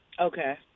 Okay